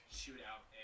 shootout